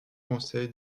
conseil